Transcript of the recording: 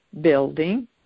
building